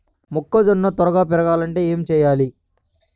మొక్కజోన్న త్వరగా పెరగాలంటే ఏమి చెయ్యాలి?